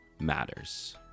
matters